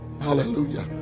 Hallelujah